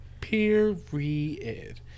Period